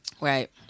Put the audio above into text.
right